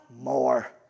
More